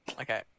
Okay